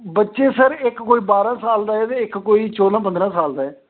बच्चे सर इक कोई बारां साल दा ऐ ते इक कोई चौदां पंदरां साल दा ऐ